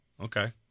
okay